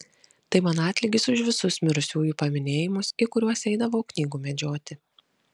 tai man atlygis už visus mirusiųjų paminėjimus į kuriuos eidavau knygų medžioti